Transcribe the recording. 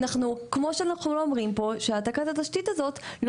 כמו שאנחנו לא אומרים פה שהעתקת התשתית הזאת לא